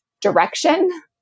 direction